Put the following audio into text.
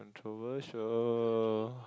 introversion